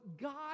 God